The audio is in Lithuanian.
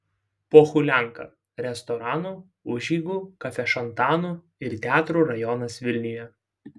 pohulianka restoranų užeigų kafešantanų ir teatrų rajonas vilniuje